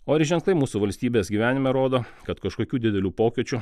o ir ženklai mūsų valstybės gyvenime rodo kad kažkokių didelių pokyčių